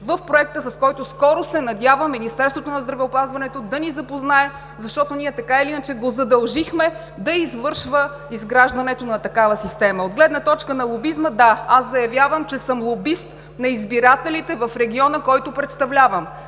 в проекта, с който скоро, надявам се, Министерството на здравеопазването да ни запознае, защото ние така или иначе го задължихме да извършва изграждането на такава система. От гледна точка на лобизма – да, аз заявявам, че съм лобист на избирателите в региона, който представлявам.